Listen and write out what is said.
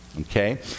okay